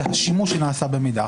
השימוש שנעשה במידע.